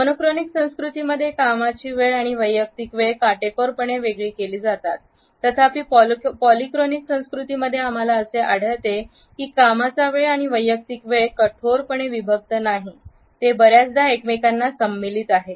mono chronic संस्कृतीमध्ये कामाची वेळ आणि वैयक्तिक वेळ काटेकोरपणे वेगळे केले जातात तथापि पॉलीक्रॉनिक संस्कृती मध्ये आम्हाला असे आढळले आहे की कामाचा वेळ आणि वैयक्तिक वेळ कठोरपणे विभक्त नाही ते बर्याचदा एकमेकांना सम्मिलित आहेत